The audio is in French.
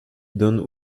donnent